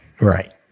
Right